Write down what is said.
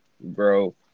Bro